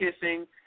kissing